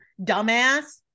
dumbass